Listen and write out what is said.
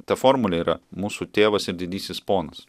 ta formulė yra mūsų tėvas ir didysis ponas